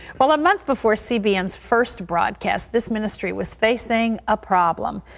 well, a month before cbn s first broadcast, this ministry was facing a problem.